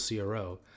CRO